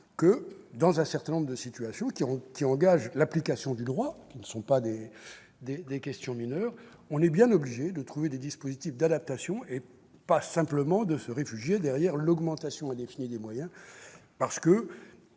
dans un certain nombre de situations qui engagent l'application du droit sur des questions qui ne sont pas mineures, on est bien obligé de trouver des dispositifs d'adaptation, sans simplement se réfugier derrière l'augmentation indéfinie des moyens. C'est